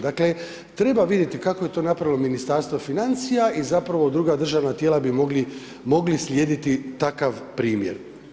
Dakle, treba vidjeti kako je to napravilo Ministarstvo financija i zapravo druga državna tijela bi mogli slijediti takav primjer.